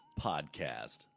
podcast